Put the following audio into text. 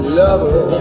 lover